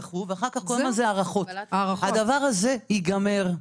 הדבר הזה יגמר.